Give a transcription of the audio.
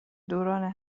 دوران